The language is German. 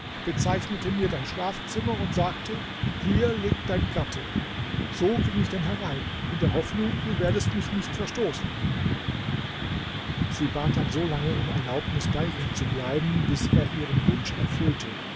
bezeichnete mir dein schlafzimmer und sagte hier liegt dein gatte so ging ich denn herein in der hoffnung du werdest mich nicht verstoßen sie bat dann so lange um erlaubnis bei ihm zu bleiben bis er ihren wunsch erfüllte